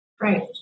right